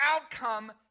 outcome